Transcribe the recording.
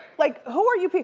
like who are you,